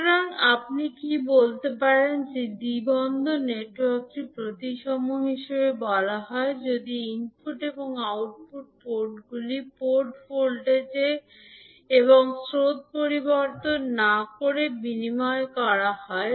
সুতরাং আপনি কী বলতে পারেন যে দ্বি বন্দর নেটওয়ার্কটি প্রতিসম হিসাবে বলা হয় যদি ইনপুট এবং আউটপুট পোর্টগুলি পোর্ট ভোল্টেজinput and output ports port voltages এবং স্রোত পরিবর্তন না করে বিনিময় করা যায়